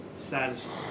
satisfied